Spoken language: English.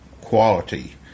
quality